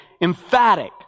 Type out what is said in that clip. emphatic